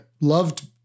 loved